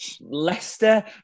Leicester